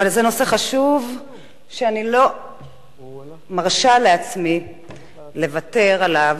אבל זה נושא חשוב שאני לא מרשה לעצמי לוותר עליו,